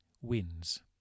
wins